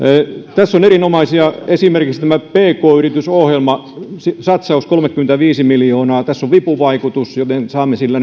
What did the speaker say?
tässä on erinomaisia asioita esimerkiksi tämä pk yritysohjelmasatsaus kolmekymmentäviisi miljoonaa tässä on vipuvaikutus joten saamme sillä